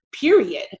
period